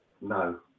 no